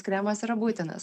kremas yra būtinas